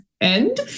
end